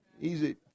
Easy